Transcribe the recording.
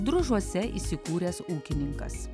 družuose įsikūręs ūkininkas